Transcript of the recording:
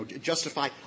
justify